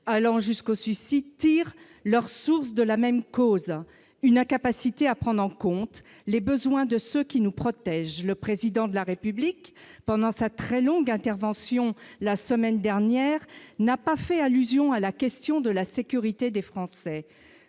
allant jusqu'au suicide, tirent leur source de la même cause, une incapacité à prendre en compte les besoins de ce qui nous protège le président de la République pendant sa très longue intervention la semaine dernière n'a pas fait allusion à la question de la sécurité des Français